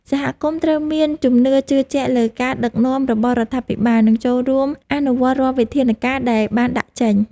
សហគមន៍ត្រូវមានជំនឿជឿជាក់លើការដឹកនាំរបស់រដ្ឋាភិបាល និងចូលរួមអនុវត្តរាល់វិធានការដែលបានដាក់ចេញ។